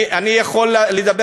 אני יכול לספר,